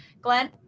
glen?